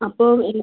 അപ്പോൾ